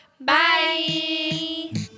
Bye